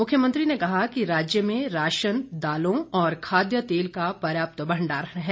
मुख्यमंत्री ने कहा कि राज्य में राशन दालों और खाद्य तेल का पर्याप्त भंडारण है